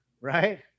Right